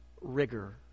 rigor